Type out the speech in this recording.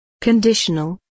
Conditional